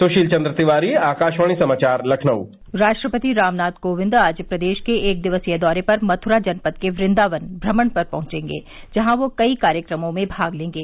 सुशील चंद्र तिवारी आकाशवाणी समाचार लखनऊ राष्ट्रपति रामनाथ कोविंद आज प्रदेश के एक दिवसीय दौरे पर मथुरा जनपद के वृदावन भ्रमण पर पहुंचेंगे जहां वह कई कार्यक्रमों में भाग लेंगे